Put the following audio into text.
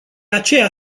aceea